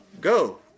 Go